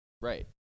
right